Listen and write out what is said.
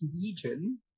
Legion